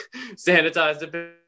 sanitized